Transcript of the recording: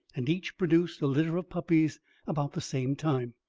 and each produced a litter of puppies about the same time.